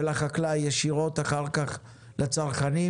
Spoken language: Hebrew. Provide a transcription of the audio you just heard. מהחקלאי לצרכן.